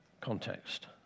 context